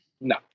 No